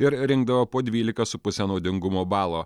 ir rinkdavo po dvylika su puse naudingumo balo